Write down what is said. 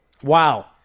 Wow